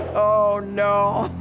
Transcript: oh, no,